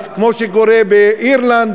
כמו שקורה באירלנד,